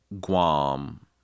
Guam